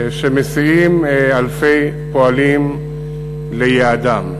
שמסיעים אלפי פועלים ליעדם.